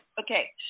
Okay